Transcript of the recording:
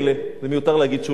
זה מיותר להגיד שהוא לא כלא.